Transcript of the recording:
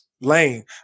lane